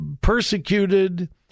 persecuted